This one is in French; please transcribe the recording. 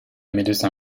médecin